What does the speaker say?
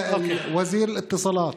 (אומר בערבית: שר התקשורת,)